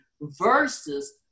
versus